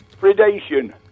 Predation